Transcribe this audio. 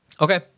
Okay